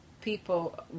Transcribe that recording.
people